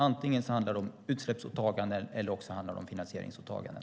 Det är antingen utsläppsåtaganden eller finansieringsåtaganden.